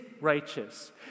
righteous